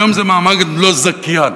היום זה מעמד לא זכיין,